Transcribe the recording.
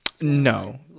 No